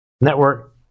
network